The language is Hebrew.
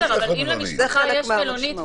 אבל אם למשפחה יש מלונית,